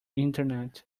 internet